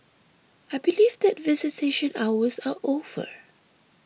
I believe that visitation hours are over